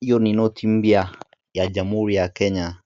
Hiyo ni noti mpya ya jamuhuri ya Kenya,